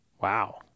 Wow